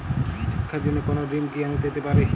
শিক্ষার জন্য কোনো ঋণ কি আমি পেতে পারি?